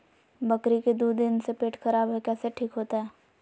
बकरी के दू दिन से पेट खराब है, कैसे ठीक होतैय?